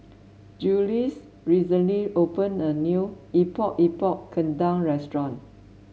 Jiles recently opened a new Epok Epok Kentang restaurant